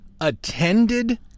attended